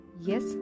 Yes